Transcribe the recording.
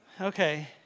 Okay